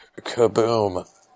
Kaboom